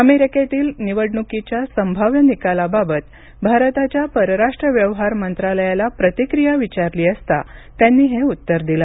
अमेरिकेतील निवडणुकीच्या संभाव्य निकालाबाबत भारताच्या परराष्ट्र व्यवहार मंत्रालयाला प्रतिक्रिया विचारली असता त्यांनी हे उत्तर दिलं